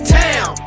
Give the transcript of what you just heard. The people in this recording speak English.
town